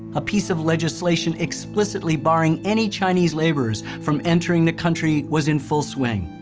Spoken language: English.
a piece of legislation explicitly barring any chinese laborers from entering the country, was in full swing.